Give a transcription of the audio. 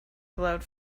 glowed